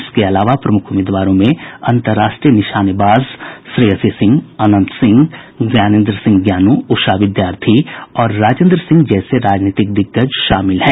इसके अलावा प्रमुख उम्मीदवारों में अंतर्राष्ट्रीय निशानेबाज श्रेयसी सिंह अनंत सिंह ज्ञानेन्द्र सिंह ज्ञानू उषा विद्यार्थी और राजेन्द्र सिंह जैसे राजनीतिक दिग्गज शामिल हैं